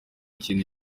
kintu